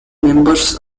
members